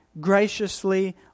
graciously